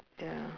ya